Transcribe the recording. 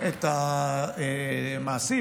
את המעשים,